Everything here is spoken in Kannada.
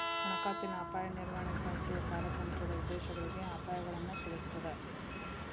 ಹಣಕಾಸಿನ ಅಪಾಯ ನಿರ್ವಹಣೆ ಸಂಸ್ಥೆಯ ಕಾರ್ಯತಂತ್ರದ ಉದ್ದೇಶಗಳಿಗೆ ಅಪಾಯಗಳನ್ನ ತಿಳಿಸ್ತದ